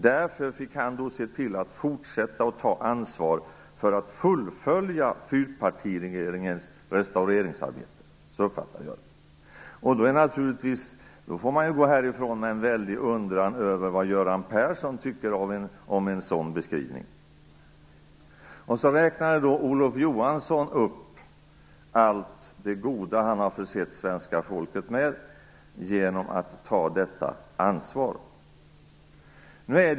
Därför fick han se till att fortsätta att ta ansvar för att fullfölja fyrpartiregeringens restaureringsarbete. Så uppfattade jag det. Då går man ju härifrån med en väldig undran över vad Göran Persson tycker om en sådan beskrivning. Sedan räknade Olof Johansson upp allt det goda han har försett det svenska folket med genom att ta detta ansvar.